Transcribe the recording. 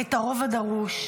את הרוב הדרוש.